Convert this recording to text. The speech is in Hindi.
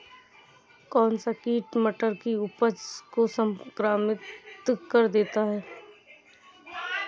कौन सा कीट मटर की उपज को संक्रमित कर देता है?